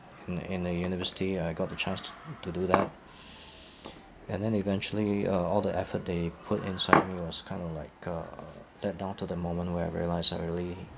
in in a university I got the chance t~ to do that and then eventually uh all the effort they put inside me was kind of like uh let down to the moment where I realised I really